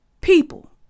people